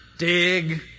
Dig